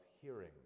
hearing